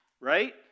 right